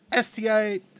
STI